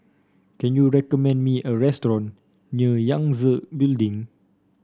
can you recommend me a restaurant near Yangtze Building